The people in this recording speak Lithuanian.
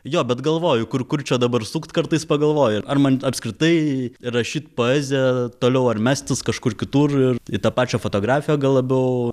jo bet galvoju kur kur čia dabar sukt kartais pagalvoju ar man apskritai rašyt poeziją toliau ar mestis kažkur kitur į tą pačią fotografiją gal labiau